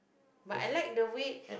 but I like the way